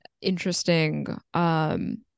interesting